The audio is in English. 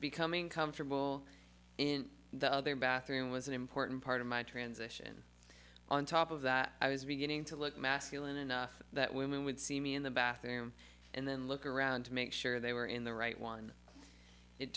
becoming comfortable in the other bathroom was an important part of my transition on top of that i was beginning to look masculine enough that women would see me in the bathroom and then look around to make sure they were in the right one it